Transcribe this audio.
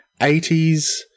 80s